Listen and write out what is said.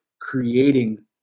creating